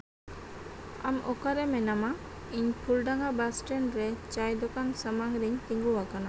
ᱟᱢ ᱚᱠᱟᱨᱮ ᱢᱮᱱᱟᱢᱟ ᱤᱧ ᱯᱷᱩᱞᱰᱟᱝᱜᱟ ᱵᱟᱥ ᱴᱮᱱᱰ ᱪᱟ ᱫᱚᱠᱟᱱ ᱥᱟᱢᱟᱝ ᱨᱤᱧ ᱛᱤᱸᱜᱩᱣᱟᱠᱟᱱᱟ